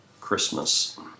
Christmas